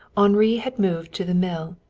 henri had moved to the mill.